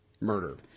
murder